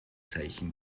zeichen